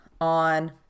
on